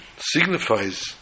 signifies